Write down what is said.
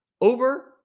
over